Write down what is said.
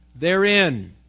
therein